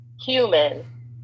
human